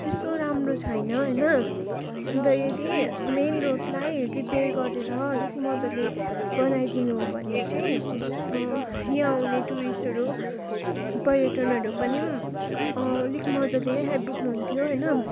त्यस्तो राम्रो छैन होइन अन्त यदि मेन रोडलाई रिपेयर गरेर अलिक मजाले बनाइदिनु हो भने चाहिँ यहाँ आउने टुरिस्टहरू पर्यटकहरू पनि अलिक मजाले आइपुग्नु हुन्थ्यो होइन